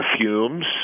fumes